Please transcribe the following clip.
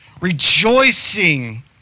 rejoicing